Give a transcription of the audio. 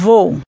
Vou